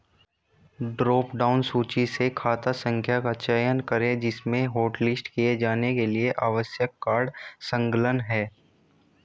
drop down सूची से खाता संख्या का चयन करें जिसमें हॉटलिस्ट किए जाने के लिए आवश्यक कार्ड संलग्न है